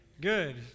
Good